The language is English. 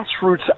grassroots